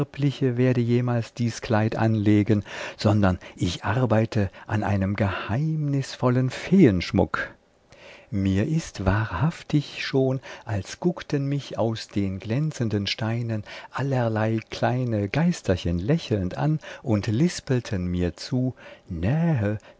werde jemals dies kleid anlegen sondern ich arbeite an einem geheimnisvollen feenschmuck mir ist wahrhaftig schon als guckten mich aus den glänzenden steinen allerlei kleine geisterchen lächelnd an und lispelten mir zu nähe